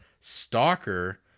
Stalker